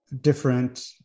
different